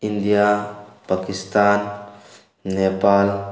India Pakistan Nepal